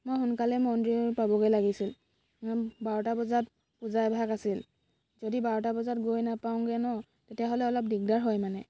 মই সোনকালে মন্দিৰ পাবগৈ লাগিছিল বাৰটা বজাত পূজা এভাগ আছিল যদি বাৰটা বজাত গৈ নাপাওঁগৈ ন তেতিয়াহ'লে অলপ দিগদাৰ হয় মানে